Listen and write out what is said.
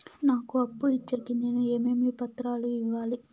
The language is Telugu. నాకు అప్పు ఇచ్చేకి నేను ఏమేమి పత్రాలు ఇవ్వాలి